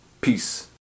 Peace